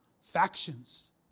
factions